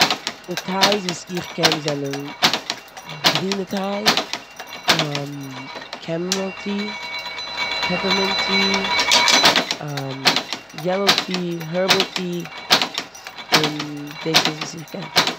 די טייס וואס איך קען זענען גרינע טיי, קעמעמיל טי, פעפפערמינט טי, יעלאוי טי, הערבאל טי און סדאס איז וואס איך קען.